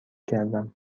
کردم